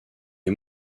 les